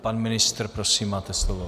Pan ministr prosím, máte slovo.